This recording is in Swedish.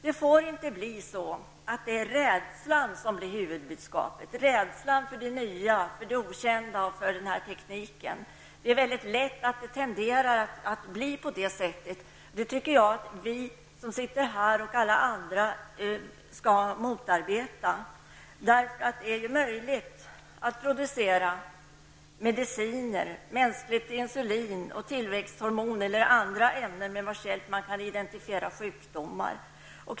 Det får inte bli så att det är rädslan som blir huvudbudskapet, rädslan för det nya, för det okända, för den här tekniken. Det är lätt att det tenderar att det blir så. Jag tycker att vi som sitter här och alla andra skall motarbeta detta. Det är möjligt att producera mediciner, mänskligt insulin och tillväxthormon eller ämnen med vars hjälp man kan identifiera sjukdomar.